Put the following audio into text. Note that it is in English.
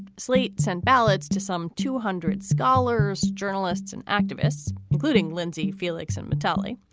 slate sent ballots to some two hundred scholars, journalists and activists, including lindsay, feliks and mitali.